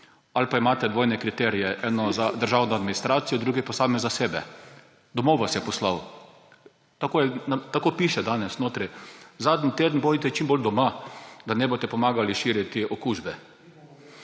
Ali pa imate dvojne kriterije, ene za državno administracijo, druge pa sami za sebe. Domov vas je poslal. Tako piše danes notri, zadnji teden bodite čim bolj doma, da ne boste pomagali širiti okužbe